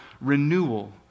renewal